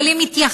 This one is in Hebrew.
אבל הן מתייחסות,